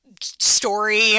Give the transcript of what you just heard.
story